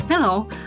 Hello